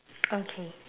okay